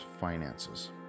finances